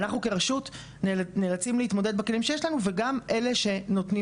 ואנחנו כרשות נאלצים להתמודד בכלים שיש לנו וגם אלה שנותנים